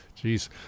Jeez